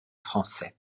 français